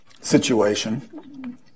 situation